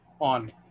on